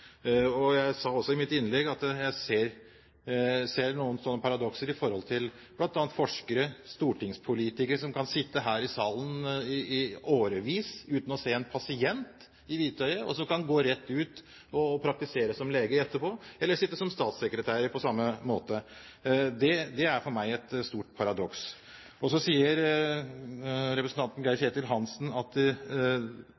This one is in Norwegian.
Jeg sa også i mitt innlegg at jeg ser et paradoks i det at bl.a. forskere, statssekretærer eller stortingspolitikere – som kan sitte her i salen i årevis uten å se en pasient i hvitøyet – kan gå rett ut og praktisere som lege etterpå. Det er for meg et stort paradoks. Så sier representanten